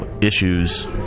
issues